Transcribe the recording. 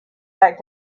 back